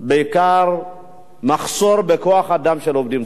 בעיקר מחסור בכוח-אדם של עובדים סוציאליים.